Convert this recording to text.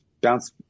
bounce